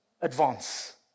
Advance